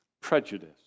prejudice